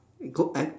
you go and